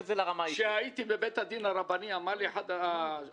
כאשר הייתי בבית הדין הרבני אמר לי אחד הדיינים: